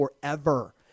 forever